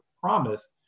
promise